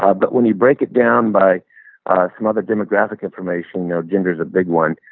ah but when you break it down by some other demographic information, you know gender's a big one,